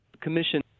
commission